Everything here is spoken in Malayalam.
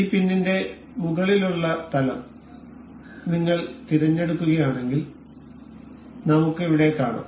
ഈ പിന്നിന്റെ മുകളിലുള്ള തലം നിങ്ങൾ തിരഞ്ഞെടുക്കുകയാണെങ്കിൽ നമുക്ക് ഇവിടെ കാണാം